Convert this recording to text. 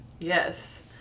Yes